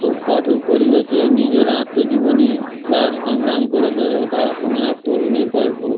খুব কঠোর পরিবেশে নিজের আত্মজীবনী বা সংগ্রাম করে বেড়ে ওঠা কোনো এক তরুণীর গল্প